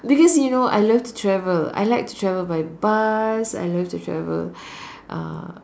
because you know I love to travel I like to travel by bus I love to travel uh